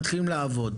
מתחילים לעבוד,